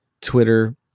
Twitter